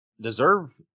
deserve